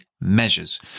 measures